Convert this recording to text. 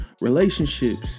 relationships